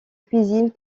cuisine